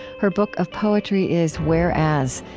her book of poetry is whereas,